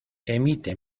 emite